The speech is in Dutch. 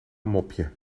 mopje